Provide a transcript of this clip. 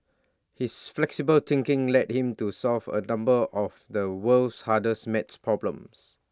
his flexible thinking led him to solve A number of the world's hardest maths problems